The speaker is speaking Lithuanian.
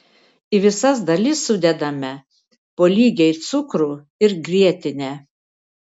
į visas dalis sudedame po lygiai cukrų ir grietinę